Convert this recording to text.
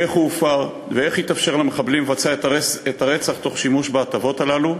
איך הוא הופר ואיך התאפשר למחבלים לבצע את הרצח תוך שימוש בהטבות הללו,